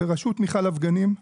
בראשות מיכל אבגנים,